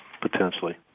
potentially